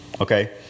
Okay